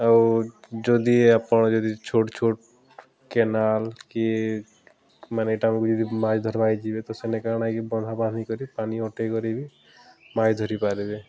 ଆଉ ଯଦି ଆପଣ ଯଦି ଛୋଟ୍ ଛୋଟ୍ କେନାଲ୍ କି ମାନେ ଇଟା ମାନ୍କୁ ଯଦି ମାଛ ଧର୍ବାକେ ଯିବେ ତ ସେନେ କାଣାକି ବନ୍ଧା ବାନ୍ଧି କରି ପାନି ଅଟେଇ କରିକି ବି ମାଛ୍ ଧରି ପାର୍ବେ